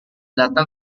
datang